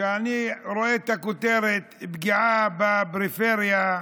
כשאני רואה את הכותרת: פגיעה בפריפריה,